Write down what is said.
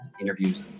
interviews